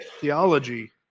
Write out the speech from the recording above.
theology